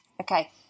Okay